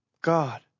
God